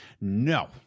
no